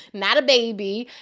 not a baby.